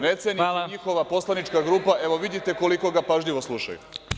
Ne ceni ih ni njihova poslanička grupa, evo, vidite koliko ga pažljivo slušaju.